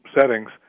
settings